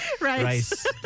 rice